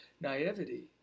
naivety